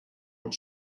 und